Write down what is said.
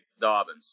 Dobbins